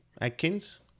Adkins